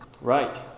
Right